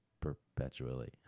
perpetually